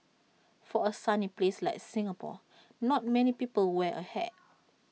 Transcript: for A sunny place like Singapore not many people wear A hat